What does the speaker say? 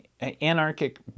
anarchic